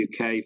UK